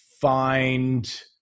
find